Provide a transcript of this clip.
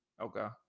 okay